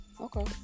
Okay